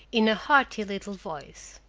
in a haughty little voice.